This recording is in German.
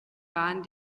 waren